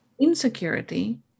insecurity